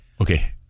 Okay